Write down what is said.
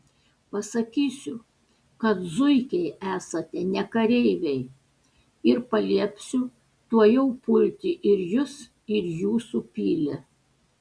pasakysiu kad zuikiai esate ne kareiviai ir paliepsiu tuojau pulti ir jus ir jūsų pilį